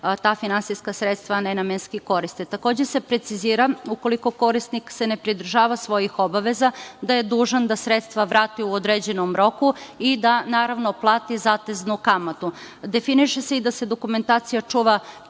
ta finansijska sredstva ne namenski koriste. Takođe se precizira ukoliko se korisnik ne pridržava svojih obaveza da je dužan da sredstva vrati u određenom roku i da naravno plati zateznu kamatu. Definiše se i da se dokumentacija čuva